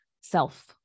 self